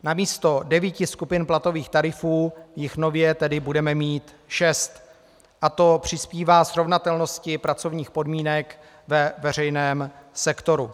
Namísto devíti skupin platových tarifů jich nově tedy budeme mít šest a to přispívá ke srovnatelnosti pracovních podmínek ve veřejném sektoru.